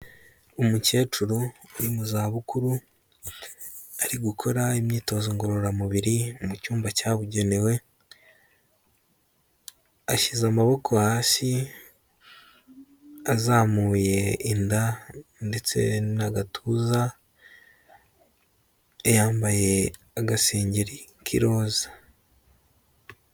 Umukecuru uri mu zabukuru ari gukora imyitozo ngororamubiri mu cyumba cyabugenewe, ashyize amaboko hasi azamuye inda ndetse n'agatuza, yambaye agasengeri k'iroza.